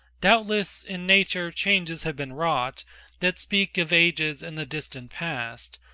doubtless in nature changes have been wrought that speak of ages in the distant past,